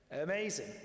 Amazing